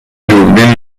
دوربین